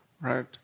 Right